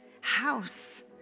house